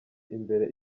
imbere